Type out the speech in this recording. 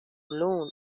blown